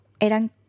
eran